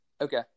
Okay